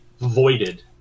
voided